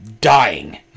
dying